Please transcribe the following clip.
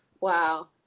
Wow